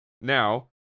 Now